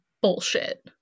bullshit